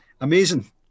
amazing